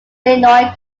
illinois